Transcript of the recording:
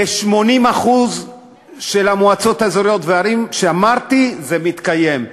ב-80% של המועצות האזוריות והערים שאמרתי זה מתקיים,